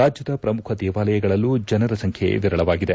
ರಾಜ್ಯದ ಪ್ರಮುಖ ದೇವಾಲಯಗಳಲ್ಲೂ ಜನರ ಸಂಖ್ಯೆ ವಿರಳವಾಗಿವೆ